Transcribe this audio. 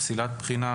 פסילת בחינה,